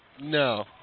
No